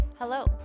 Hello